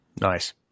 Nice